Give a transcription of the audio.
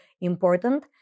important